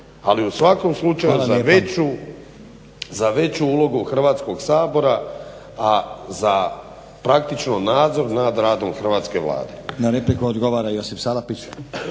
Ali u svakom slučaju za veću ulogu Hrvatskoga sabora a za praktično nadzor nad radom hrvatske Vlade.